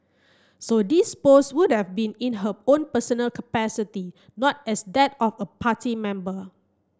so these post would've been in her own personal capacity not as that of a party member